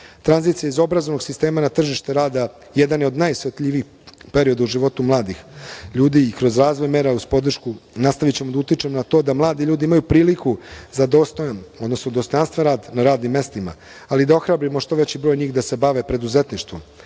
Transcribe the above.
grad. Tranzicija iz obrazovnog sistema na tržište rada jedan je od najosetljivijih perioda u životu mladih ljudi i kroz razvoj mera uz podršku nastavićemo da utičemo na to da mladi ljudi imaju priliku za dostojnim, odnosno dostojanstven rad na radnim mestima, ali i da ohrabrimo što veći broj njih da se bave preduzetništvom. Poseban